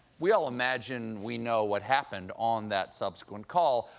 we all imagine we know what happened on that subsequent call,